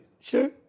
Sure